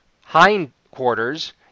hindquarters